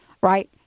right